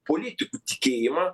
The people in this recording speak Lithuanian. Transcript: politikų tikėjimą